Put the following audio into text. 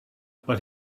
but